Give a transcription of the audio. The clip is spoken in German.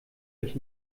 ich